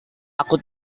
aku